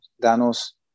danos